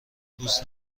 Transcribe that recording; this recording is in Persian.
دوست